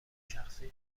شخصی